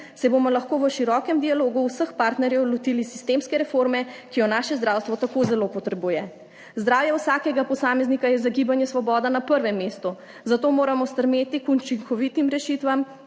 se bomo lahko v širokem dialogu vseh partnerjev lotili sistemske reforme, ki jo naše zdravstvo tako zelo potrebuje. Zdravje vsakega posameznika je za Gibanje Svoboda na prvem mestu, zato moramo stremeti k učinkovitim rešitvam,